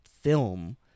film